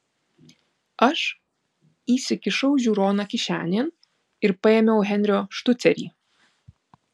aš įsikišau žiūroną kišenėn ir paėmiau henrio štucerį